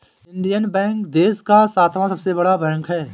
Indian Bank देश का सातवां सबसे बड़ा बैंक है